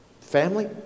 Family